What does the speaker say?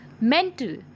mental